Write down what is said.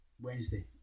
Wednesday